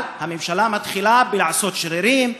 אבל הממשלה מתחילה לעשות שרירים,